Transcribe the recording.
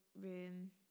room